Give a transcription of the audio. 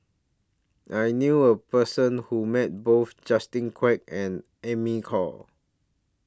I knew A Person Who Met Both Justin Quek and Amy Khor